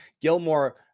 Gilmore